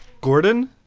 Gordon